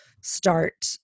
start